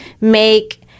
Make